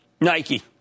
Nike